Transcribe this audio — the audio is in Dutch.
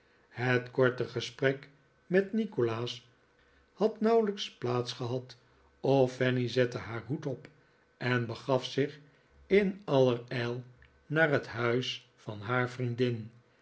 het korte gesprek met nikolaas had echter nauwelijks plaats gehad of fanny zette haar hoed op en begaf zich in allerijl naar het huis van haar vriendin